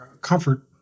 comfort